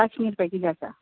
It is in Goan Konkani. कश्मीर पॅकेज आसा